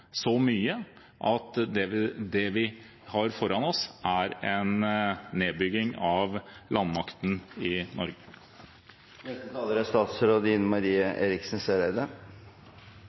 så mye at det vi har foran oss, er en nedbygging av landmakten i Norge. Av og til er